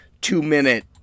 two-minute